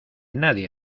nadie